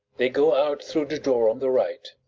they go out through the door on the right.